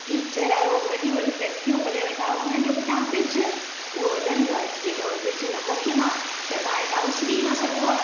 teacher आहियो वॾियूं वॾियूं फैक्ट्रियूं खोले वेठा आहियो हुननि जे पुठ्यां ॿिज उहो वॾनि जो आहे जेकर हूअ ॿिजु न पोखिन हा त तव्हां हेॾा उसरी न सघो हा